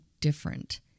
different